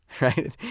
Right